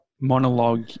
monologue